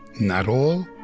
not all?